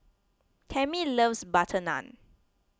Tammy loves Butter Naan